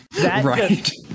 Right